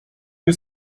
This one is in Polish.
nie